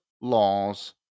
laws